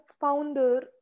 founder